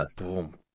Boom